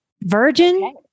Virgin